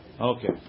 Okay